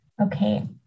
Okay